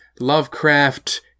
lovecraft